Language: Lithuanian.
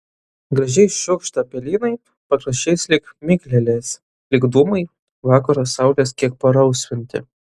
gražiai šiugžda pelynai pakraščiais lyg miglelės lyg dūmai vakaro saulės kiek parausvinti